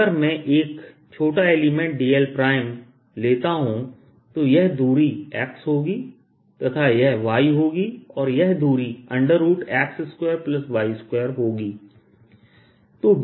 अगर मैं एक छोटा एलिमेंट dl लेता हूं तो यह दूरी x होगी तथा यह y होगी और यह दूरी x2y2 होगी